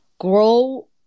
grow